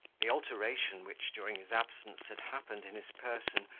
the alteration, which, during his absence, had happened in his person,